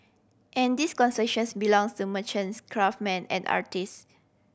and this consciousness belongs to merchants craftsman and artist